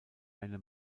eine